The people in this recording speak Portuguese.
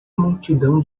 multidão